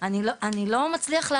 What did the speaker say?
אבל לא הצליחו לשאת